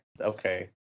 okay